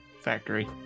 factory